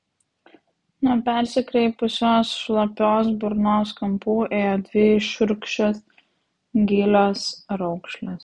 nuo persikreipusios šlapios burnos kampų ėjo dvi šiurkščios gilios raukšlės